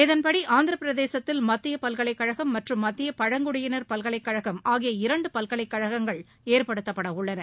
இதன்படி ஆந்திரப்பிரதேசத்தில் மத்தியப்பல்கலைக்கழகம் மற்றும் மத்தியபழங்குடியினா் பல்கலைக்கழகம் ஆகிய இரண்டுபல்கலைக்கழகங்கள் ஏற்படுத்தப்படஉள்ளன